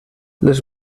les